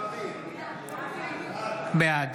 בעד